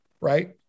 right